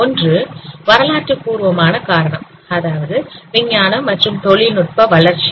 ஒன்று வரலாற்று பூர்வமான காரணம் அதாவது விஞ்ஞானம் மற்றும் தொழில்நுட்ப வளர்ச்சி